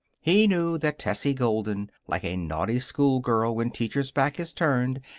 he knew that tessie golden, like a naughty schoolgirl when teacher's back is turned,